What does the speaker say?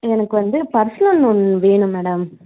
எனக்கு வந்து personal loan வேணும் மேடம்